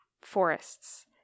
forests